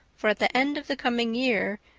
for at the end of the coming year,